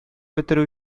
бетерү